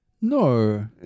No